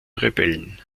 rebellen